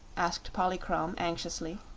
asked polychrome, anxiously.